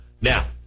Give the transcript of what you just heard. Now